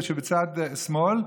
שבצד שמאל,